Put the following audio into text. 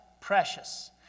precious